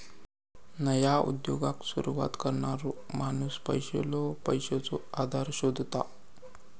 नया उद्योगाक सुरवात करणारो माणूस पयलो पैशाचो आधार शोधता